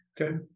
Okay